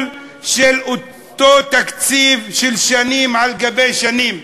של אותו תקציב של שנים על גבי שנים,